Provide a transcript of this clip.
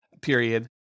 period